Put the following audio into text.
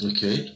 Okay